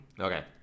Okay